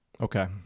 Okay